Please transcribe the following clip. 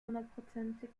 hundertprozentig